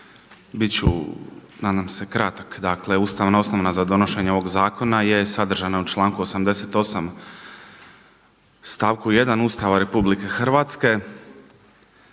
izvjestitelj i rekao ustavna osnova za donošenja ovog zakona sadržana je u članku 88. stavak 1. Ustava Republike Hrvatske